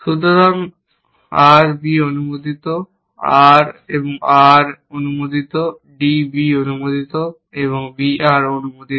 সুতরাং R B অনুমোদিত R R অনুমোদিত D B অনুমোদিত এবং B R অনুমোদিত